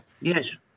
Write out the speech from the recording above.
Yes